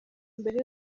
mbere